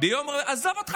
עזוב אותך,